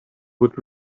would